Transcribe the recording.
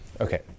Okay